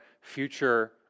future